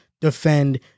defend